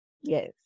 Yes